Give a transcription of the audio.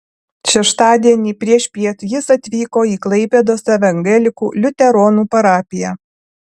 šeštadienį priešpiet jis atvyko į klaipėdos evangelikų liuteronų parapiją